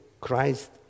Christ